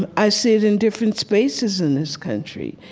and i see it in different spaces in this country.